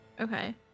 Okay